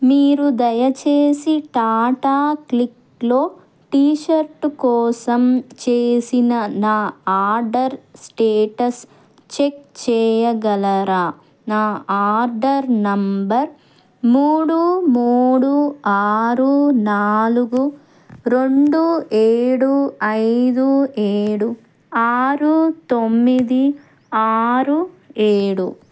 మీరు దయచేసి టాటా క్లిక్లో టీ షర్టు కోసం చేసిన నా ఆర్డర్ స్టేటస్ చెక్ చేయగలరా నా ఆర్డర్ నంబర్ మూడు మూడు ఆరు నాలుగు రెండు ఏడు ఐదు ఏడు ఆరు తొమ్మిది ఆరు ఏడు